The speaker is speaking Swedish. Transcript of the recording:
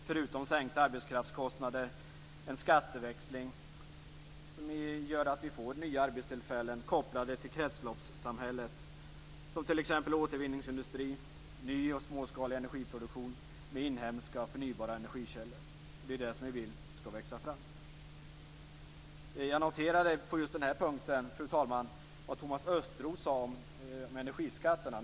Förutom sänkta arbetskraftskostnader innebär det en skatteväxling som gör att vi får nya arbetstillfällen kopplade till kretsloppssamhället. Det handlar t.ex. om återvinningsindustri, ny och småskalig energiproduktion med inhemska och förnybara energikällor. Vi vill ju att detta skall växa fram. Fru talman! På just den här punkten noterade jag vad Thomas Östros sade om energiskatterna.